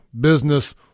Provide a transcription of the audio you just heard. business